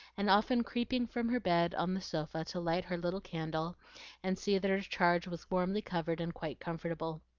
and often creeping from her bed on the sofa to light her little candle and see that her charge was warmly covered and quite comfortable.